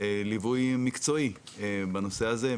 ליווי מקצועי בנושא הזה,